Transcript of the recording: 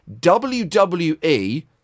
WWE